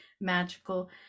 magical